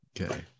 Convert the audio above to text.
Okay